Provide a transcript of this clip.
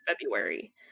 February